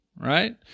right